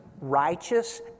righteous